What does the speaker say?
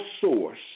source